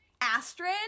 Astrid